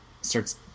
starts